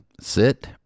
sit